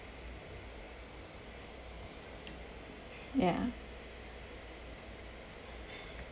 ya